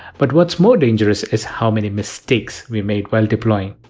but what's more dangerous is how many mistakes we made while deploying.